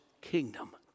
kingdom